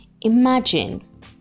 imagine